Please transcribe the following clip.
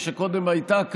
שקודם הייתה כאן,